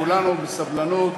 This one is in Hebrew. כולנו, בסבלנות.